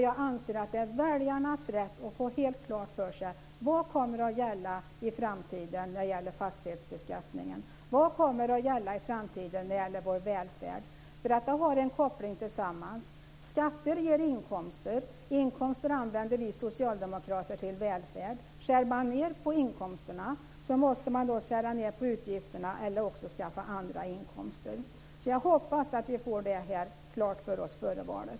Jag anser att det är väljarnas rätt att få helt klarlagt vad som kommer att gälla i framtiden i fråga om fastighetsbeskattning och vad som kommer att gälla i framtiden i fråga om vår välfärd. Det har en koppling. Skatter ger inkomster, och inkomster använder vi socialdemokrater till välfärd. Skär man ned på inkomsterna måste man skära ned på utgifterna eller skaffa andra inkomster. Jag hoppas att vi får det här klarlagt före valet.